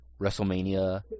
WrestleMania